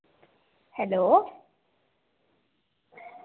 hello